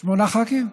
שמונה ח"כים?